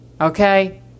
Okay